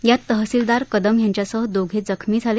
यात तहसिलदार कदम यांच्यासह दोघे जखमी झाले